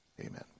Amen